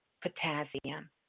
potassium